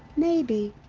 maybe.